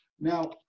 Now